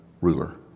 ruler